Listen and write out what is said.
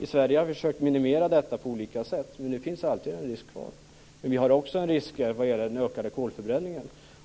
I Sverige har vi försökt att minimera detta på olika sätt, men det finns alltid en risk kvar. Men vi har också en risk vad gäller den ökade kolförbränningen.